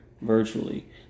virtually